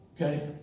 Okay